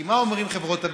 כי מה אומרות חברות הביטוח?